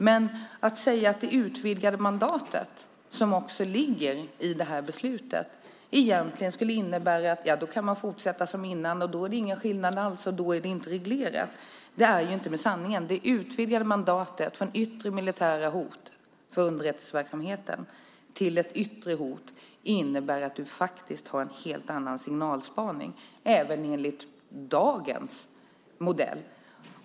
Men att säga att det utvidgade mandat som också ligger i det här beslutet egentligen skulle innebära att man kan fortsätta som tidigare, att det då inte är någon skillnad alls och att det inte är reglerat är inte sanningen. Det utvidgade mandatet, från "yttre militära hot" för underrättelseverksamheten till "yttre hot", innebär att du faktiskt har en helt annan signalspaning, även enligt dagens modell.